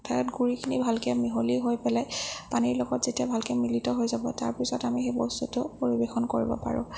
তাত গুড়িখিনি ভালকৈ মিহলি হৈ পেলাই পানীৰ লগত যেতিয়া ভালকৈ মিলিত হৈ যাব তাৰপিছত আমি সেই বস্তুটো পৰিৱেশন কৰিব পাৰোঁ